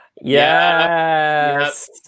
Yes